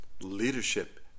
leadership